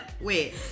Wait